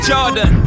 Jordan